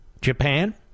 Japan